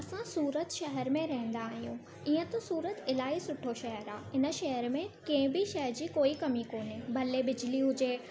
असां सूरत शहर में रहंदा आहियूं इअं त सूरत इलाही सुठो शहरु आहे इन शहरु में कंहिं बि शइ जी कोई कमी कोन्हे भले बिजली हुजे